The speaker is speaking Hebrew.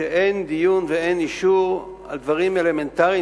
שאין דיון ואין אישור על דברים אלמנטריים,